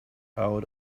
out